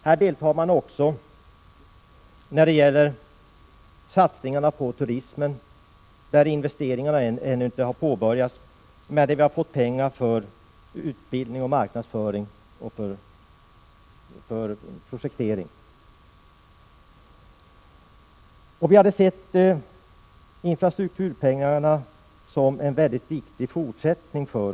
Industridepartementet deltar också när det gäller satsningarna på turismen, där investeringarna ännu inte har påbörjats men där vi har fått pengar för utbildning, marknadsföring och projektering. Vi skulle ha sett infrastrukturpengarna som en viktig fortsättning.